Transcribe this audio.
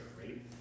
right